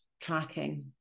tracking